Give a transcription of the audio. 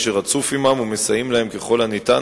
וזאת בניגוד למקובל לכנותו